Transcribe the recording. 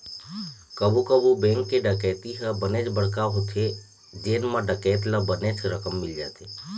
कभू कभू बेंक के डकैती ह बनेच बड़का होथे जेन म डकैत ल बनेच रकम मिल जाथे